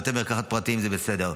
בבתי מרקחת פרטיים זה בסדר,